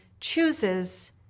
chooses